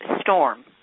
storm